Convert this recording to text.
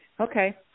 Okay